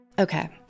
Okay